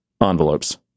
envelopes